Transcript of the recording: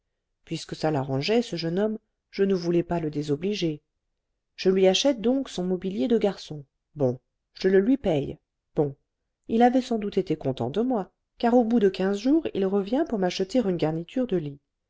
puisque ça l'arrangeait ce jeune homme je ne voulais pas le désobliger je lui achète donc son mobilier de garçon bon je le lui paie bon il avait sans doute été content de moi car au bout de quinze jours il revient pour m'acheter une garniture de lit